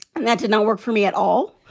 and that did not work for me at all.